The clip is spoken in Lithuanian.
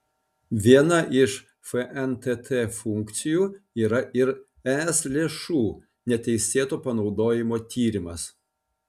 viena iš fntt funkcijų yra ir es lėšų neteisėto panaudojimo tyrimas